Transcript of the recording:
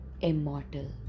immortal